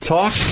Talk